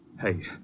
Hey